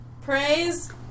Praise